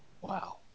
Wow